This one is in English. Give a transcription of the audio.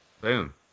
Boom